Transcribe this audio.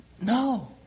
No